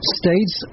states